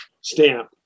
stamp